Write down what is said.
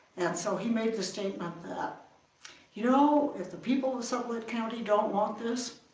and so he made the statement that you know, if the people of sublette county don't want this,